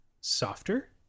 softer